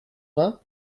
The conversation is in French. vingt